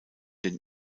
den